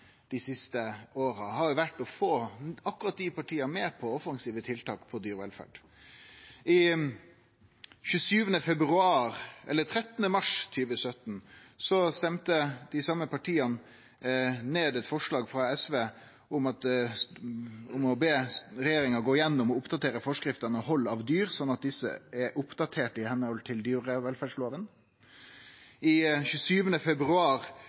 Dei siste åra har jo problemet vore å få akkurat desse partia med på offensive tiltak for dyrevelferd. Den 13. mars 2017 stemte dei same partia ned eit forslag frå SV om å be regjeringa «gå gjennom og oppdatere forskrifter for hold av dyr slik at disse er oppdaterte i henhold til dyrevelferdsloven». Den 27. februar